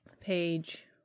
Page